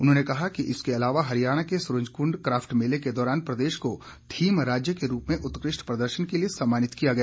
उन्होंने कहा कि इसके अलावा हरियाणा के सूरजकुंड काफट मेले के दौरान प्रदेश को थीम राज्य के रूप में उत्कृष्ट प्रदर्शन के लिए सम्मानित किया गया